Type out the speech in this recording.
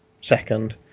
second